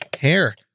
Hair